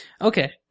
Okay